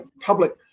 public